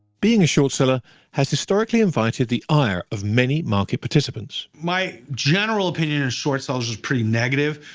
being a short seller has historically invited the ire of many market participants. my general opinion of short sellers is pretty negative.